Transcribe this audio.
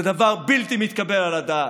זה דבר בלתי מתקבל על הדעת.